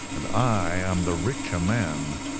and i am the richer man.